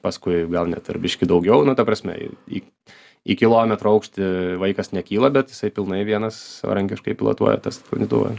paskui gal net ir biškį daugiau nu ta prasme į į kilometro aukštį vaikas nekyla bet jisai pilnai vienas svarankiškai pilotuoja tą sklandytuvą